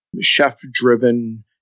chef-driven